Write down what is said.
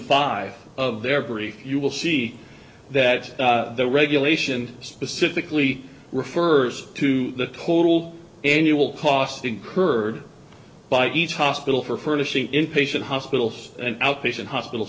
five of their brief you will see that the regulation specifically refers to the total annual cost incurred by each hospital for furnishing inpatient hospitals and outpatient hospital